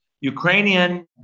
Ukrainian